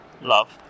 Love